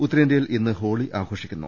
ഉത്തരേന്ത്യയിൽ ഇന്ന് ഹോളി ആഘോഷിക്കുന്നു